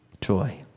joy